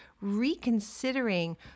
reconsidering